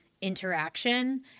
interaction